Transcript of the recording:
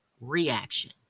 reaction